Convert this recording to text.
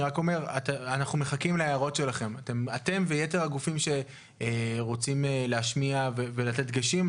אנחנו מחכים להערות שלכם ושל יתר הגופים שרוצים להשמיע ולתת דגשים.